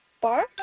Bar